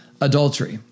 adultery